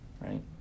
right